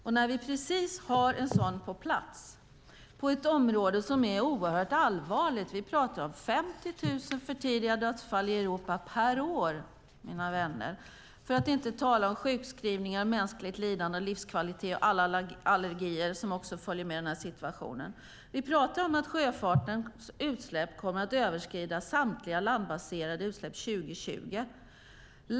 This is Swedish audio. Nu har vi precis en sådan på plats, på ett område med oerhört allvarliga risker. Vi pratar om 50 000 för tidiga dödsfall i Europa per år, mina vänner, för att inte tala om sjukskrivningar, mänskligt lidande, sämre livskvalitet och allergier som följer med i denna situation. Vi pratar om att sjöfartens utsläpp kommer att överskrida samtliga landbaserade utsläpp 2020.